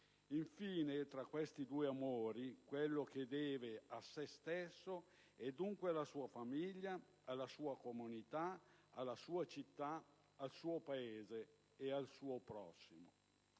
infine, tra questi due amori, quello che deve a se stesso (e dunque alla sua famiglia, alla sua comunità e alla sua città) e quello che deve al suo Paese